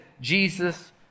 Jesus